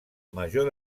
major